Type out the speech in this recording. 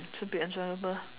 should be enjoyable